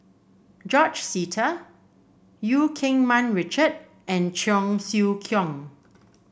George Sita Eu Keng Mun Richard and Cheong Siew Keong